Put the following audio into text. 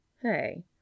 Hey